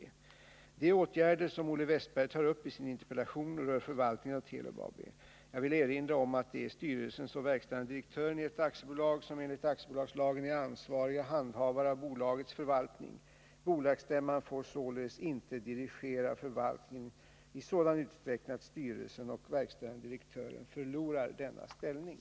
4 De åtgärder som Olle Wästberg tar upp i sin interpellation rör förvaltningen av Telub AB. Jag vill erinra om att det är styrelsen och verkställande direktören i ett aktiebolag som enligt aktiebolagslagen är ansvariga handhavare av bolagets förvaltning. Bolagsstämman får således inte dirigera förvaltningen i sådan utsträckning att styrelsen och verkställande direktören förlorar denna ställning.